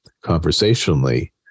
conversationally